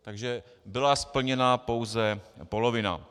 Takže byla splněna pouze polovina.